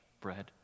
bread